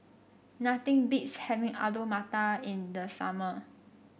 nothing beats having Alu Matar in the summer